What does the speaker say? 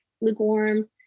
lukewarm